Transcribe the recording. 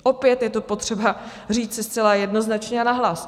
Opět je to potřeba říci zcela jednoznačně a nahlas.